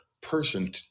person